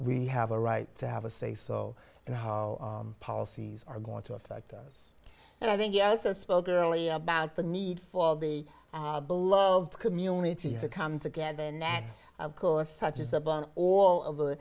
we have a right to have a say so and how policies are going to affect us and i think yes i spoke earlier about the need for the beloved community to come together and that of course such is up on all of the